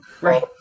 Right